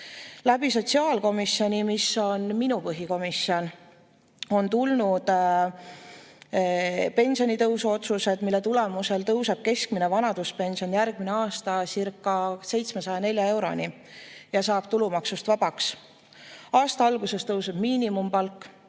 Läbi sotsiaalkomisjoni, mis on minu põhikomisjon, on tulnud pensionitõusu otsused, mille tulemusel tõuseb keskmine vanaduspension järgmine aastacirca704 euroni ja saab tulumaksust vabaks. Aasta alguses tõuseb miinimumpalk